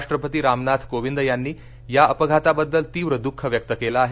राष्ट्रपती रामनाथ कोविंद यांनी या अपघाताबद्दल तीव्र दुख व्यक्त केल आहे